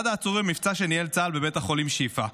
אחד העצורים במבצע שניהל צה"ל בבית החולים שיפא: